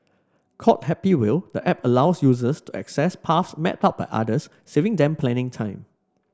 called Happy Wheel the app allows users to access paths mapped out by others saving them planning time